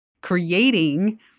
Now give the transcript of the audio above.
creating